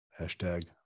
Hashtag